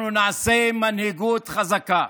אנחנו נעשה מנהיגות חזקה,